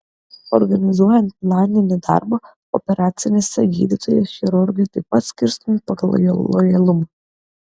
organizuojant planinį darbą operacinėse gydytojai chirurgai taip pat skirstomi pagal lojalumą